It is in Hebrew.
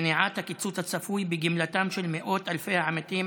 מניעת הקיצוץ הצפוי בגמלתם של מאות אלפי העמיתים